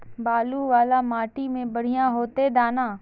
बालू वाला माटी में बढ़िया होते दाना?